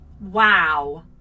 wow